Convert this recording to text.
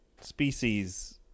species